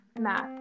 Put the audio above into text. Math